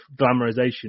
glamorization